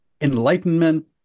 enlightenment